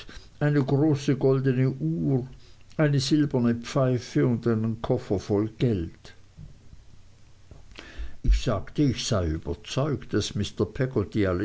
eine große goldne uhr eine silberne pfeife und einen koffer voll geld ich sagte ich sei überzeugt daß